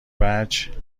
وجه